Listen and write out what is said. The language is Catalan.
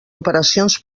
operacions